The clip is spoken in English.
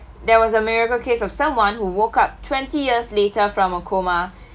there was a miracle case of someone who woke up twenty years later from a coma